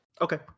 Okay